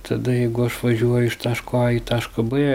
tada jeigu aš važiuoju iš taško a į tašką b